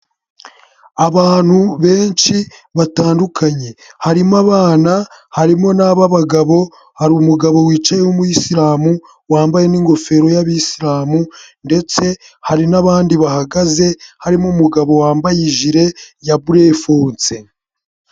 Abantu benshi batandukanye harimo abana, harimo n'ab'abagabo, hari umugabo wicaye w'umuyisilamu wambaye n'ingofero y'abayisilamu ndetse hari n'abandi bahagaze harimo umugabo wambaye ijire ya burefonse.